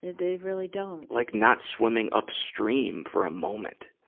they really don't. like, not swimming upstream for a moment.